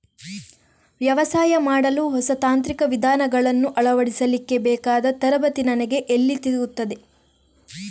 ವ್ಯವಸಾಯ ಮಾಡಲು ಹೊಸ ತಾಂತ್ರಿಕ ವಿಧಾನಗಳನ್ನು ಅಳವಡಿಸಲಿಕ್ಕೆ ಬೇಕಾದ ತರಬೇತಿ ನನಗೆ ಎಲ್ಲಿ ಸಿಗುತ್ತದೆ?